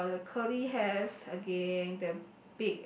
curl the curly hairs again the